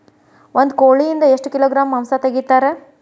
ಒಂದು ಕೋಳಿಯಿಂದ ಎಷ್ಟು ಕಿಲೋಗ್ರಾಂ ಮಾಂಸ ತೆಗಿತಾರ?